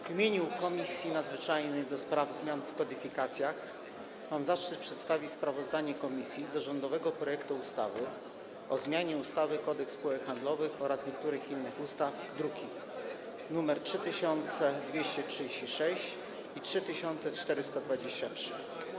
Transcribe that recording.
W imieniu Komisji Nadzwyczajnej do spraw zmian w kodyfikacjach mam zaszczyt przedstawić sprawozdanie komisji w sprawie rządowego projektu ustawy o zmianie ustawy Kodeks spółek handlowych oraz niektórych innych ustaw, druki nr 3236 i 3423.